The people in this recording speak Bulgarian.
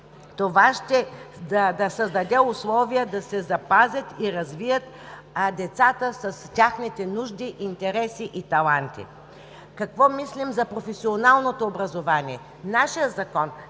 Това ще създаде условия да се запазят и развият децата с техните нужди, интереси и таланти. Какво мислим за професионалното образование?